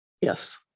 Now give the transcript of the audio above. Yes